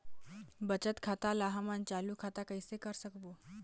बचत खाता ला हमन चालू खाता कइसे कर सकबो?